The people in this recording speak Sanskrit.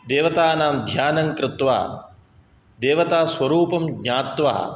देवतानां ध्यानं कृत्वा देवतास्वरूपं ज्ञात्वा